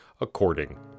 according